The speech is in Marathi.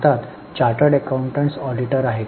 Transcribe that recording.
भारतात चार्टर्ड अकाउंटंट्स ऑडिटर्स आहेत